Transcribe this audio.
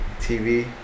TV